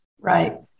Right